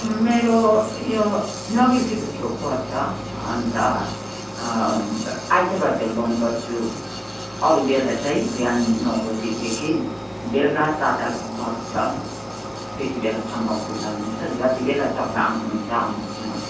मेरो यो नोभेल्टीको छेउ पर्छ अन्त आइतबार चाहिँ बन्द गर्छु अरू बेला चाहिँ बिहान नौ बजीदेखि बेलुका सात आठ बज्छ त्यतिबेलासम्म खुल्ला हुन्छ जतिबेला तपाईँ आउनुहुन्छ आउनुहोस् न